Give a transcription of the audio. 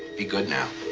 be good, now.